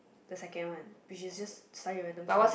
the second one which is just study a random course